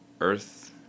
earth